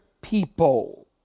people